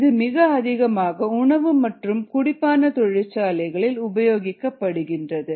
இது மிக அதிகமாக உணவு மற்றும் குடிபான தொழிற்சாலைகளில் உபயோகிக்கப்படுகிறது